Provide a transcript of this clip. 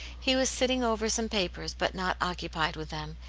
he was sitting over some papers, but not occupied with them,